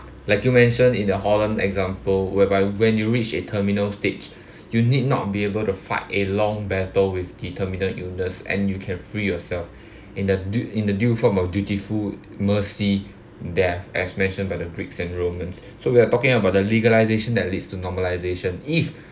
like you mention in the Holland example whereby when you reach a terminal stage you need not be able to fight a long battle with the terminal illness and you can free yourself in the in the due from dutiful mercy death as mentioned by the greeks and romans so we're talking about the legalization that leads to normalisation if